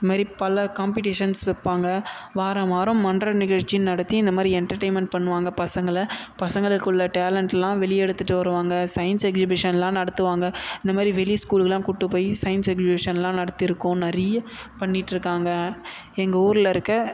இந்த மாதிரி பல காம்பிடிஷன்ஸ் வைப்பாங்க வாரம் வாரம் மன்ற நிகழ்ச்சி நடத்தி இந்த மாதிரி என்டர்டெயின்மென்ட் பண்ணுவாங்க பசங்களை பசங்களுக்குள்ள டேலண்ட்டுலாம் வெளியே எடுத்துட்டு வருவாங்க சயின்ஸ் எக்ஸிபிஷன்லாம் நடத்துவாங்க இந்த மாதிரி வெளி ஸ்கூலுக்கெல்லாம் கூட்டு போய் சயின்ஸ் எக்ஸிபிஷன்லாம் நடத்தியிருக்கோம் நிறைய பண்ணிட்ருக்காங்க எங்கள் ஊரில் இருக்க